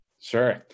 Sure